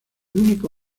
único